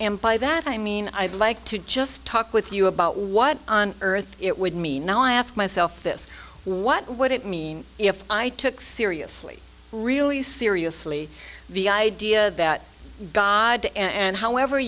and by that i mean i'd like to just talk with you about what on earth it would mean i ask myself this what would it mean if i took seriously really seriously the idea that god and however